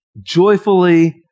joyfully